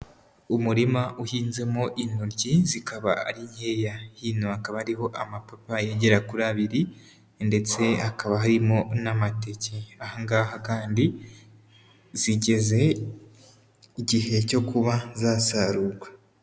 uUmurima uhinzemo intoryi zikaba ari nkeya, hino hakaba hariho amapapayi agera kuri abiri ndetse hakaba harimo n'amateke, aha ngaha kandi zigeze igihe cyo kuba zasarurwa.